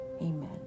amen